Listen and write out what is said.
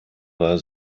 war